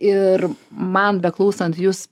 ir man beklausant jus